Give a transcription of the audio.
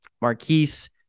Marquise